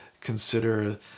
consider